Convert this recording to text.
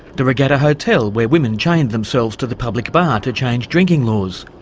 the regatta hotel where women chained themselves to the public bar to change drinking laws,